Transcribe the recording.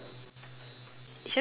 shall we take a break